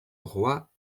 roi